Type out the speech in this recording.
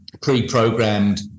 pre-programmed